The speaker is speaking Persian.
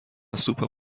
سوپ